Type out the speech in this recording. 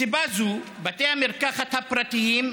מסיבה זו בתי המרקחת הפרטיים,